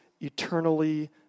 eternally